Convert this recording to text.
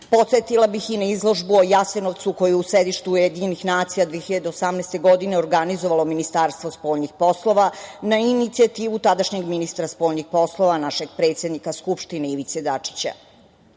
Podsetila bih i na izložbu o Jasenovcu koja je u sedištu UN 2018. godine organizovalo Ministarstvo spoljnih poslova na inicijativu tadašnjeg ministra spoljnih poslova, a našeg predsednika Skupštine, Ivice Dačića.